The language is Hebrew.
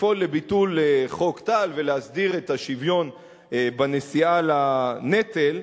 לפעול לביטול חוק טל ולהסדיר את השוויון בנשיאה בנטל.